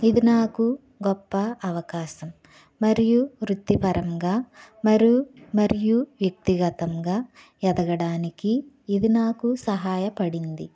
ఇది నాకు గొప్ప అవకాశం మరియు వృత్తిపరంగా మరియు మరియు వ్యక్తిగతంగా ఎదగడానికి ఇది నాకు సహాయపడింది